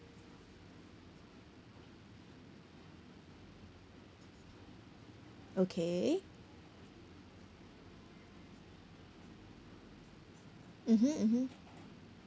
okay mmhmm mmhmm